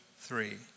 Three